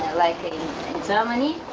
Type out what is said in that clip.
like in germany,